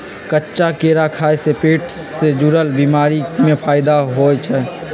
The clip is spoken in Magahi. कच्चा केरा खाय से पेट से जुरल बीमारी में फायदा होई छई